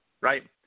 right